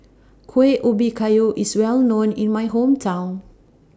Kueh Ubi Kayu IS Well known in My Hometown